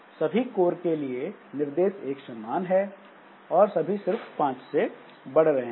सभी कोर के लिए निर्देश एक समान है और सभी सिर्फ पांच से बढ़ रहे हैं